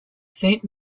saint